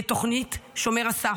את תוכנית שומר הסף,